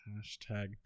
Hashtag